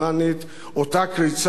אותה קריצת עין,